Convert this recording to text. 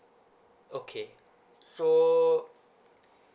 okay so